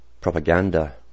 propaganda